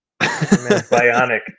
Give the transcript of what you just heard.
Bionic